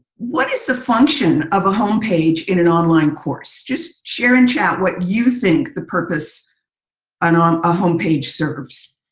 what is the function of a home page in an online course? just share and chat what you think the purpose an um a home page service.